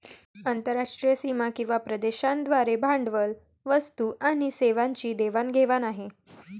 आंतरराष्ट्रीय सीमा किंवा प्रदेशांद्वारे भांडवल, वस्तू आणि सेवांची देवाण घेवाण आहे